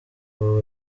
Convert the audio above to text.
abo